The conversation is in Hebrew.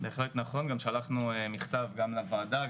בהחלט נכון גם שלחנו מכתב גם לוועדה,